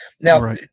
now